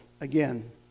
Again